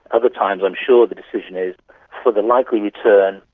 other times i'm sure the decision is for the likely return,